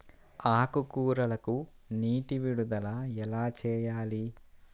ఆకుకూరలకు నీటి విడుదల ఎలా చేయాలి?